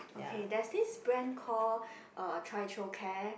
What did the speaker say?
okay there's this brand call uh Tricho Care